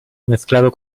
mezclado